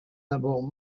d’abord